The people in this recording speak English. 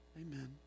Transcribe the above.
Amen